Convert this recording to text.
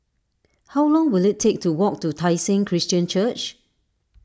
how long will it take to walk to Tai Seng Christian Church